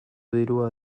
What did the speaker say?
dirua